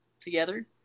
together